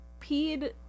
peed